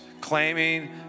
claiming